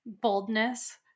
boldness